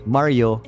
Mario